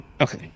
Okay